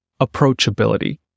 approachability